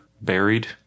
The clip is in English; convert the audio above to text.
buried